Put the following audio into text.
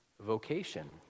vocation